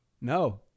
No